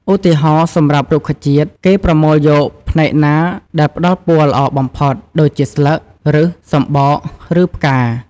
ឧទាហរណ៍ សម្រាប់រុក្ខជាតិ គេប្រមូលយកផ្នែកណាដែលផ្តល់ពណ៌ល្អបំផុតដូចជា ស្លឹក ឫស សំបក ឬផ្កា។